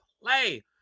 play